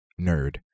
nerd